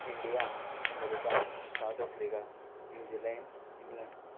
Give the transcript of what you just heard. India America South Africa New Zealand England